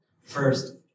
First